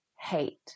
hate